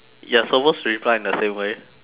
you're supposed to reply in the same way